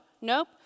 nope